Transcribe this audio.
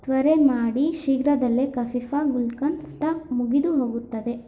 ತ್ವರೆ ಮಾಡಿ ಶೀಘ್ರದಲ್ಲೇ ಕಫ್ಹೀಫ್ಹಾ ಗುಲ್ಕನ್ ಸ್ಟಾಕ್ ಮುಗಿದು ಹೋಗುತ್ತದೆ